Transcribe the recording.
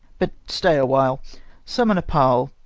but stay a while summon a parle,